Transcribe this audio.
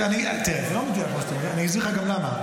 זה לא מדויק מה שאתה אומר, אסביר לך גם למה.